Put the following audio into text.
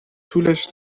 طولش